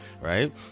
right